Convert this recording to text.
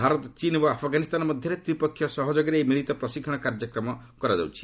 ଭାରତ ଚୀନ୍ ଏବଂ ଆଫଗାନିସ୍ତାନ ମଧ୍ୟରେ ତ୍ରିପକ୍ଷୀୟ ସହଯୋଗରେ ଏହି ମିଳିତ ପ୍ରଶିକ୍ଷଣ କାର୍ଯ୍ୟକ୍ରମ କରାଯାଉଛି